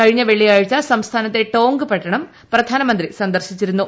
കഴിഞ്ഞ വെള്ളിയാഴ്ച സംസ്ഥാനത്തെ ടോങ്ക് പട്ടണം പ്രധാനമന്ത്രി സന്ദർശിച്ചിരുന്നു